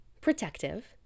protective